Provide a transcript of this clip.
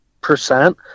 percent